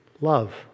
love